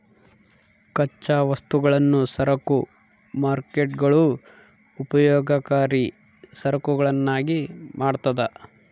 ಕಚ್ಚಾ ವಸ್ತುಗಳನ್ನು ಸರಕು ಮಾರ್ಕೇಟ್ಗುಳು ಉಪಯೋಗಕರಿ ಸರಕುಗಳನ್ನಾಗಿ ಮಾಡ್ತದ